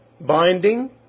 binding